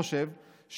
חייב ללמוד תורה,